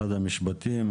משרד המשפטים,